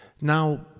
Now